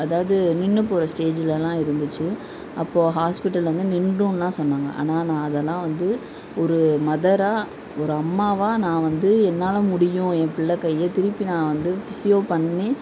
அதாவது நின்று போகிற ஸ்டேஜ்லலாம் இருந்துச்சு அப்போது ஹாஸ்பிட்டல்ல வந்து நின்னுடுமெலாம் சொன்னாங்கள் ஆனால் நான் அதெல்லாம் வந்து ஒரு மதராக ஒரு அம்மாவாக நான் வந்து என்னால் முடியும் என் பிள்ளை கையை திருப்பி நான் வந்து ஃபிஸியோ பண்ணி